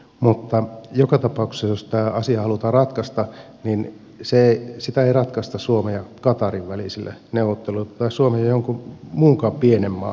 mutta joka tapauksessa jos tämä asia halutaan ratkaista sitä ei ratkaista suomen ja qatarin välisillä neuvotteluilla tai suomen ja minkään muun pienen maan kanssa